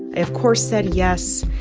of course, said yes,